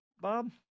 Bob